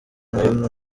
hano